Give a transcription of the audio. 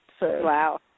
Wow